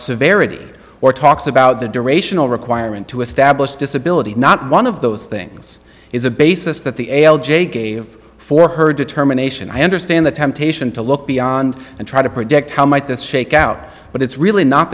severity or talks about the durational requirement to establish disability not one of those things is a basis that the l j gave for her determination i understand the temptation to look beyond and try to predict how might this shake out but it's really not